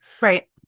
Right